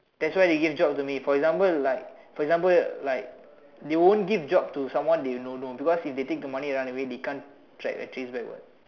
that's why he give job to me for example like for example like they won't give job to someone they don't know because if they take the money and run away they can't track and trace back what